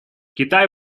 китай